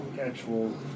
actual